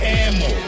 ammo